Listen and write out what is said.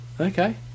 Okay